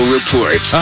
Report